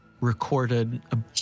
recorded